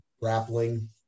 grappling